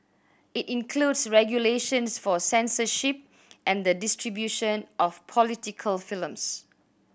it includes regulations for censorship and the distribution of political films